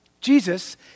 Jesus